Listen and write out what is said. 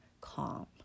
calm